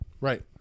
Right